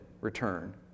return